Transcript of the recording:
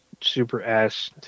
Super-ass